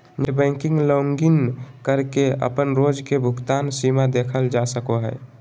net banking login करके अपन रोज के भुगतान सीमा देखल जा सको हय